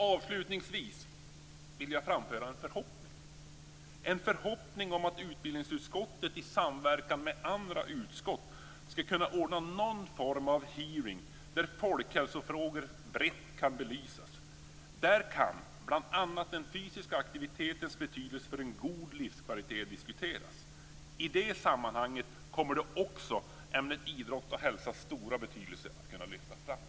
Avslutningsvis vill jag framföra en förhoppning om att utbildningsutskottet i samverkan med andra utskott skall anordna någon form av hearing där folkhälsofrågor brett kan belysas. Där kan bl.a. den fysiska aktivitetens betydelse för en god livskvalitet diskuteras. I det sammanhanget kommer då också den stora betydelsen av ämnet Idrott och hälsa att kunna lyftas fram.